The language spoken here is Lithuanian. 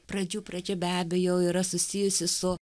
pradžių pradžia be abejo yra susijusi su